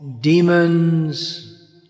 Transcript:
demons